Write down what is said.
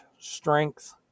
strength